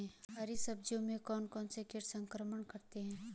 हरी सब्जी में कौन कौन से कीट संक्रमण करते हैं?